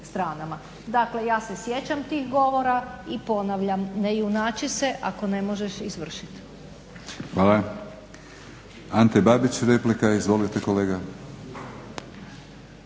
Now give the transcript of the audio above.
Dakle, ja se sjećam tih govora i ponavljam "Ne junači se ako ne možeš izvršiti!" **Batinić, Milorad (HNS)** Hvala. Ante Babić, replika. Izvolite kolega.